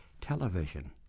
Television